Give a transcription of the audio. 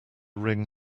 ring